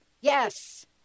Yes